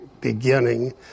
beginning